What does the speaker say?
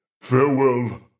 Farewell